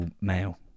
male